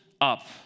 up